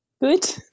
Good